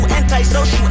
anti-social